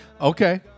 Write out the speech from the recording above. Okay